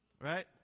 right